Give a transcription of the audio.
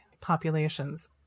populations